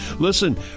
Listen